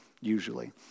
usually